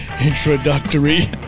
Introductory